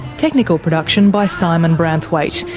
technical production by simon branthwaite.